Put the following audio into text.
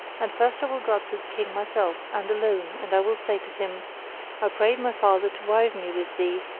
and first i will go up to the king myself and alone and i will say to him i prayed my father to wive me with thee,